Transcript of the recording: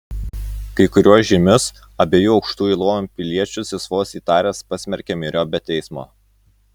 kai kuriuos žymius abiejų aukštųjų luomų piliečius jis vos įtaręs pasmerkė myriop be teismo